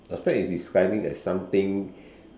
a fad is describing that something